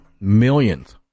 millions